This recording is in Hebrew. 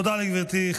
תודה לגברתי.